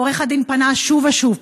עורך הדין פנה שוב ושוב.